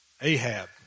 Ahab